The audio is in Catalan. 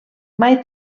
mai